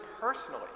personally